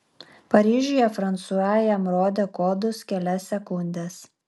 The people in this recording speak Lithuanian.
paryžiuje fransua jam rodė kodus kelias sekundes